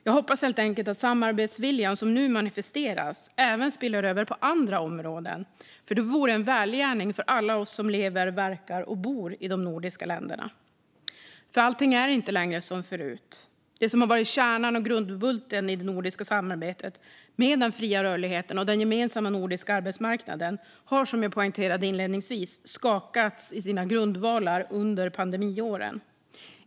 Jag hoppas helt enkelt att den samarbetsvilja som nu manifesteras även spiller över på andra områden, för det vore en välgärning för oss som lever, verkar och bor i de nordiska länderna. För allting är inte längre som förut. Det som varit kärnan och grundbulten i det nordiska samarbetet, med den fria rörligheten och den gemensamma arbetsmarknaden, har som jag poängterade inledningsvis skakats i sina grundvalar under pandemiåren.